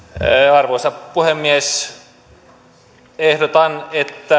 arvoisa puhemies ehdotan